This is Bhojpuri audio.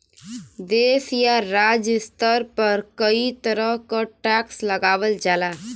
देश या राज्य स्तर पर कई तरह क टैक्स लगावल जाला